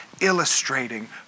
illustrating